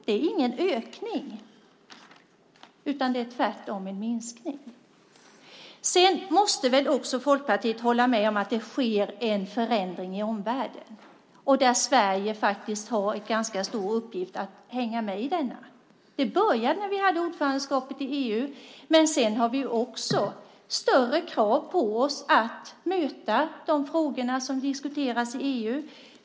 Det är ingen ökning, utan det är tvärtom en minskning. Folkpartiet måste väl också hålla med om att det sker en förändring i omvärlden, och att Sverige har en ganska stor uppgift i att hänga med i denna. Det började när vi hade ordförandeskapet i EU. Vi har också större krav på oss när det gäller att möta de frågor som diskuteras i EU.